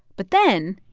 but then,